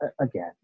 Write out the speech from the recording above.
again